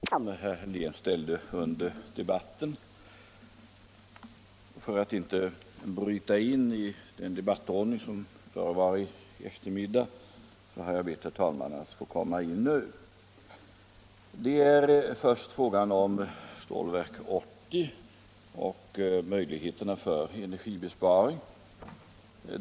Herr talman! Jag har begärt ordet för att svara på ett par frågor som herr Helén ställde under debatten. För att inte bryta in i den debattordning som förevar här på eftermiddagen har jag bett herr talmannen att få komma in nu. Det gäller först frågan om Stålverk 80 och möjligheterna till energibesparing.